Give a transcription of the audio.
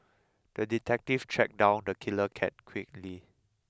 the detective tracked down the killer cat quickly